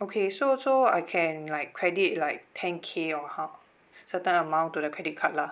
okay so so I can like credit like ten K or how certain amount to the credit card lah